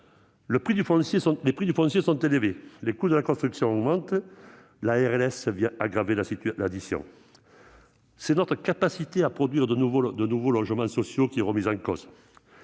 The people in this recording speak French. Les prix du foncier sont élevés, les coûts de construction augmentent et la RLS vient alourdir l'addition. C'est notre capacité à produire de nouveaux logements sociaux qui est remise en cause.